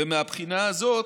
ומהבחינה הזאת,